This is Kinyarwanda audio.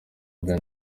ben